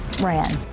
ran